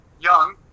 young